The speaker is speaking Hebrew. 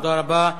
תודה רבה.